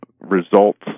results